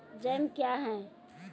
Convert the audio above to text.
Jam क्या हैं?